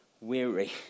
weary